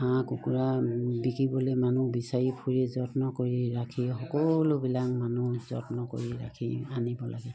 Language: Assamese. হাঁহ কুকুৰা বিকিবলে ৈ মানুহ বিচাৰি ফুৰি যত্ন কৰি ৰাখি সকলোবিলাক মানুহ যত্ন কৰি ৰাখি আনিব লাগে